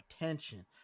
attention